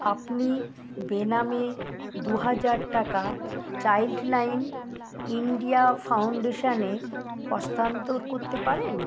আপনি বেনামে দু হাজার টাকা চাইল্ড লাইন ইন্ডিয়া ফাউন্ডেশনে হস্তান্তর করতে পারেন